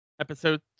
Episode